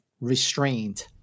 restrained